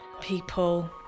people